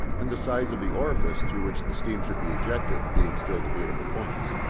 and the size of the orifice through which the steam should be ejected, being still debatable points.